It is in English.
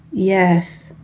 yes.